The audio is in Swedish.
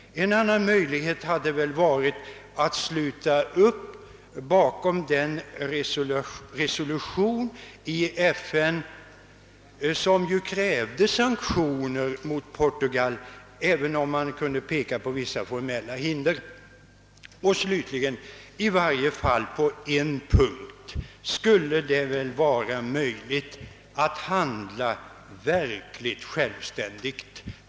En annan möjlighet hade väl varit att sluta upp bakom den resolution i FN som krävde sanktioner mot Portugal, även om man kunde peka på vissa formella hinder. I varje fall på en punkt skulle det väl vara möjligt att för vår del handla verkligt självständigt.